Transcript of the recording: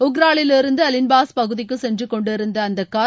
உக்ராலிலிருந்து அலின்பாஸ் பகுதிக்கு சென்றுக்கொண்டிருந்த அந்த கார்